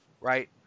Right